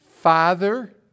Father